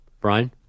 Brian